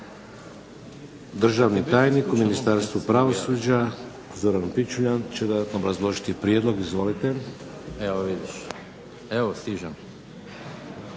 Državni tajnik u Ministarstvu pravosuđa Zoran Pičuljan će dodatno obrazložiti prijedlog. Izvolite. **Pičuljan,